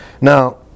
Now